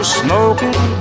smoking